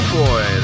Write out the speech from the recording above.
boy